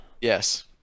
Yes